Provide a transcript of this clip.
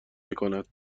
میکند